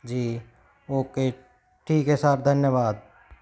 जी okay ठीक है sir धन्यवाद